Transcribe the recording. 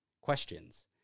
questions